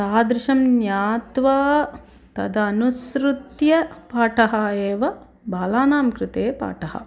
तादृशं ज्ञात्वा तदनुसृत्य पाठः एव बालानां कृते पाठः